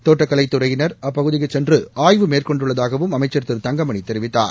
தோட்டக்கலைத்துறையினா் அப்பகுதிக்கு சென்று ஆய்வு மேற்கொண்டுள்ளதாகவும் அமைச்சா் திரு தங்கமணி தெரிவித்தார்